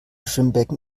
schwimmbecken